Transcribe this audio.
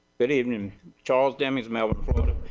good evening charles dimmings melbourne florida.